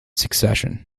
succession